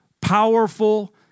powerful